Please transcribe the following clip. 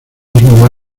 misma